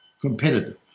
competitive